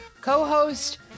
co-host